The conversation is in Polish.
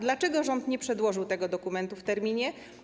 Dlaczego rząd nie przedłożył tego dokumentu w terminie?